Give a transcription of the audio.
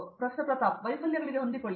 ಪ್ರತಾಪ್ ಹರಿದಾಸ್ ವೈಫಲ್ಯಗಳಿಗೆ ಹೊಂದಿಕೊಳ್ಳಿ